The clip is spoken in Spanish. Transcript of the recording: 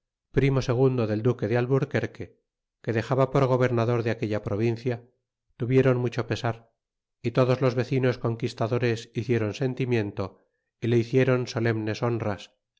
primo segundo del duque de alburquerque que dexaba por gobernador de aquella provincia tuvieron mucho pesar y todos los vecinos conquistadores hicieron sentimiento y le hicieron solemnes honras